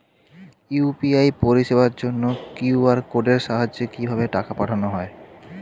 UPI পরিষেবার জন্য QR কোডের সাহায্যে কিভাবে টাকা পাঠানো হয়?